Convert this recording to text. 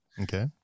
Okay